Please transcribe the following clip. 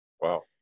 Wow